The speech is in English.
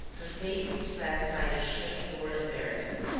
her face expressed neither shame nor embarrassment.